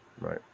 Right